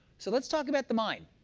so let's talk about the mind.